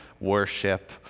worship